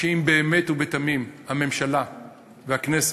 שאם באמת ובתמים הממשלה והכנסת,